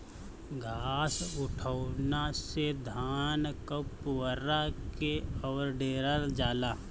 घास उठौना से धान क पुअरा के अवडेरल जाला